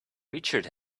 richard